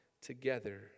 together